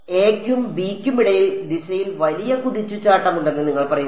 എയ്ക്കും ബിയ്ക്കും ഇടയിൽ ദിശയിൽ വലിയ കുതിച്ചുചാട്ടമുണ്ടെന്ന് നിങ്ങൾ പറയുന്നു